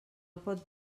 pot